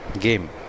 game